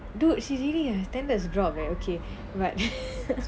dude she really ah standards drop eh okay but